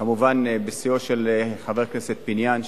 כמובן, בסיוע של חבר הכנסת פיניאן.